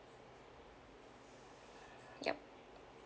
yup